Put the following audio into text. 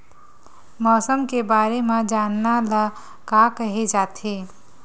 मौसम के बारे म जानना ल का कहे जाथे?